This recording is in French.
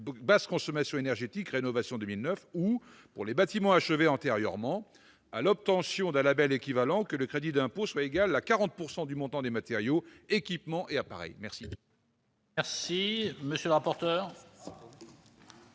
basse consommation énergétique rénovation 2009 » ou, pour les bâtiments achevés antérieurement, à l'obtention d'un label équivalent, nous proposons que le crédit d'impôt soit égal à 40 % du montant des matériaux, équipements et appareils. Quel est l'avis de la